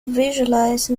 visualize